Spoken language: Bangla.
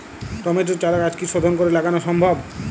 টমেটোর চারাগাছ কি শোধন করে লাগানো সম্ভব?